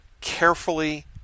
carefully